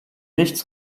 nichts